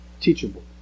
teachable